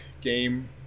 game